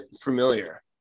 familiar